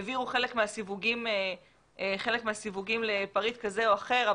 העבירו חלק מהסיווגים לפריט כזה או אחר,